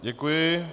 Děkuji.